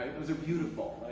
those are beautiful.